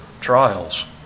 trials